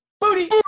Booty